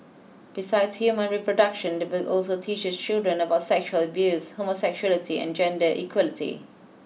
besides human reproduction the book also teaches children about sexual abuse homosexuality and gender equality